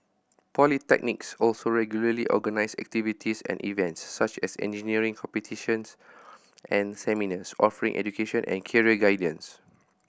polytechnics also regularly organise activities and events such as engineering competitions and seminars offering education and career guidance